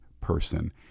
person